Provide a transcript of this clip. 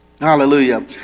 Hallelujah